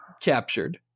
captured